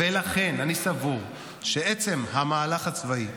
ולכן אני סבור שעצם המהלך הצבאי,